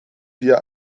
dir